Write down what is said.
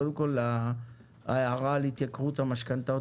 קודם כל ההערה על התייקרות המשכנתאות,